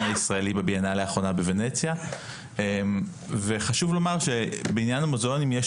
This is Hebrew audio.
הישראלי שהוצגה לאחרונה בוונציה וחשוב לומר שבעניין המוזיאונים יש